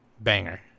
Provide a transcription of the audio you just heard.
banger